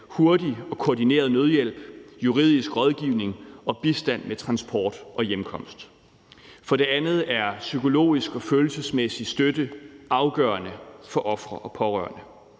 hurtig og koordineret nødhjælp, juridisk rådgivning og bistand med transport og hjemkomst. For det andet er psykologisk og følelsesmæssig støtte afgørende for ofre og pårørende.